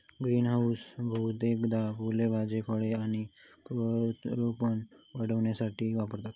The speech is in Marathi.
ग्रीनहाऊस बहुतेकदा फुला भाज्यो फळा आणि प्रत्यारोपण वाढविण्यासाठी वापरतत